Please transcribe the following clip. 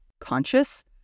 conscious